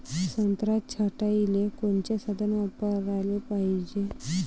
संत्रा छटाईले कोनचे साधन वापराले पाहिजे?